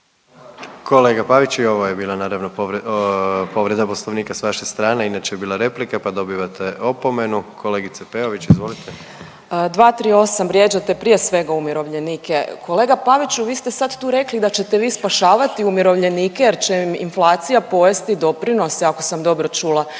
Kolega Pavić i ovo je bila naravno povreda Poslovnika s vaše strane inače je bila replika, pa dobivate opomenu. Kolegice Peović. **Peović, Katarina (RF)** 238., vrijeđate prije svega umirovljenike. Kolega Paviću vi ste sad tu rekli da ćete vi sad spašavati umirovljenike jer će im inflacija pojesti doprinose ako sam dobro čula.